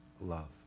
love